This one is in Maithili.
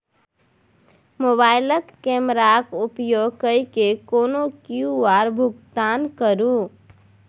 मोबाइलक कैमराक उपयोग कय कए कोनो क्यु.आर भुगतान करू